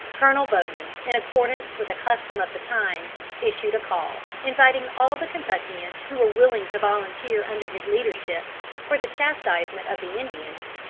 colonel bowman, in accordance with a custom of the times, issued a call, inviting all the kentuckians who were willing to volunteer under his leadership for the chastisement of the indians,